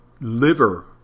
liver